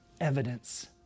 evidence